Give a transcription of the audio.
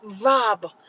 rob